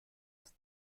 ist